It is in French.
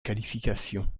qualification